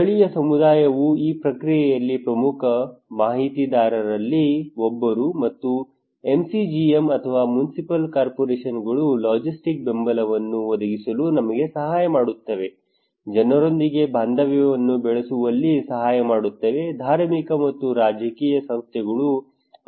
ಸ್ಥಳೀಯ ಸಮುದಾಯವು ಈ ಪ್ರಕ್ರಿಯೆಯಲ್ಲಿ ಪ್ರಮುಖ ಮಾಹಿತಿದಾರರಲ್ಲಿ ಒಬ್ಬರು ಮತ್ತು MCGM ಅಥವಾ ಮುನ್ಸಿಪಲ್ ಕಾರ್ಪೊರೇಷನ್ಗಳು ಲಾಜಿಸ್ಟಿಕ್ಸ್ ಬೆಂಬಲವನ್ನು ಒದಗಿಸಲು ನಮಗೆ ಸಹಾಯ ಮಾಡುತ್ತವೆ ಜನರೊಂದಿಗೆ ಬಾಂಧವ್ಯವನ್ನು ಬೆಳೆಸುವಲ್ಲಿ ಸಹಾಯ ಮಾಡುತ್ತವೆ ಧಾರ್ಮಿಕ ಮತ್ತು ರಾಜಕೀಯ ಸಂಸ್ಥೆಗಳು ಅನುಕೂಲಕರವೆಂದು ಹೇಳುತ್ತವೆ